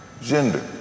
gender